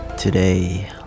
Today